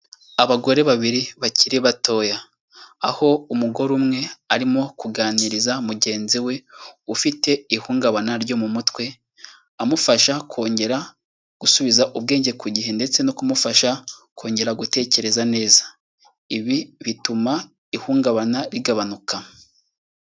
Abagore babiri bakiri batoya. Aho umugore umwe arimo kuganiriza mugenzi we, ufite ihungabana ryo mu mutwe, amufasha kongera gusubiza ubwenge ku gihe ndetse no kumufasha kongera gutekereza neza. Ibi bituma ihungabana rigabanuka.